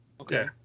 Okay